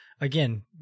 again